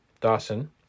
Dawson